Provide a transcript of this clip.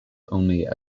only